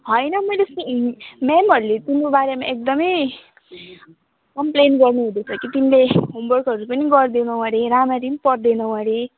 होइन मैले स म्यामहरूले तिम्रो बारेमा एकदमै कम्प्लेन गर्नुहुँदै थियो कि तिमीले होमवर्कहरू पनि गर्दैनौ अरे राम्ररी पनि पढ्दैनौ अरे